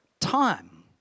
time